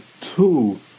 Two